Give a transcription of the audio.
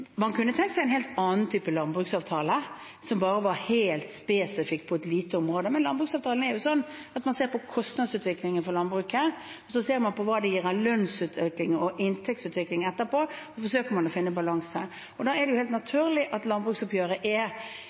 Man kunne tenkt seg en helt annen type landbruksavtale som bare var helt spesifikk på et lite område, men landbruksavtalen er sånn at man ser på kostnadsutviklingen for landbruket, så ser man på hva det gir av lønns- og inntektsutvikling etterpå, og så forsøker man å finne en balanse. Da er det helt naturlig at landbruksoppgjøret er